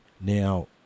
Now